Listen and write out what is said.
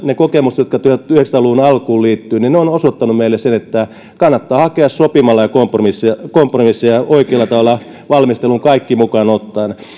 ne kokemukset jotka tuhatyhdeksänsataa luvun alkuun liittyvät ovat osoittaneet meille sen että kannattaa hakea kompromisseja kompromisseja sopimalla oikealla tavalla valmisteluun kaikki mukaan ottaen